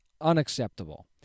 Unacceptable